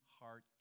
heart